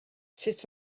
sut